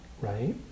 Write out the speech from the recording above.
right